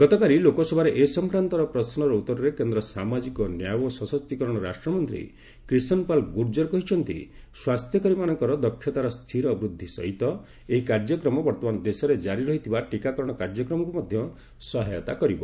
ଗତକାଲି ଲୋକସଭାରେ ଏ ସଂକ୍ରାନ୍ତର ପ୍ରଶ୍ୱର ଉତ୍ତରରେ କେନ୍ଦ୍ର ସାମାଜିକ ନ୍ୟାୟ ଓ ସଶକ୍ତିକରଣ ରାଷ୍ଟ୍ରମନ୍ତ୍ରୀ କ୍ରିଷନ୍ପାଲ ଗୁର୍ଜର୍ କହିଛନ୍ତି ସ୍ୱାସ୍ଥ୍ୟକର୍ମୀ ମାନଙ୍କର ଦକ୍ଷତା ବୃଦ୍ଧି ସହିତ ଏହି କାର୍ଯ୍ୟକ୍ରମ ବର୍ତ୍ତମାନ ଦେଶରେ ଜାରି ରହିଥିବା ଟୀକାକରଣ କାର୍ଯ୍ୟକ୍ରମକୁ ମଧ୍ୟ ସହାୟତା କରିବ